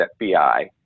FBI